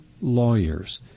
lawyers